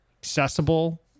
accessible